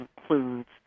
includes